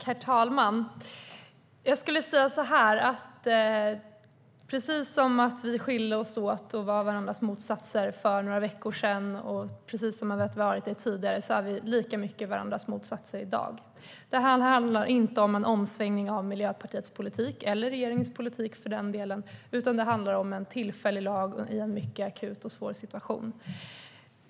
Herr talman! Precis som vi skilde oss åt och var varandras motsatser för några veckor sedan och precis som vi har varit det tidigare är vi lika mycket varandras motsatser i dag. Det handlar inte om en omsvängning av Miljöpartiets politik, eller för den delen av regeringens politik. Det handlar om en tillfällig lag i en mycket akut och svår situation.